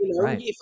right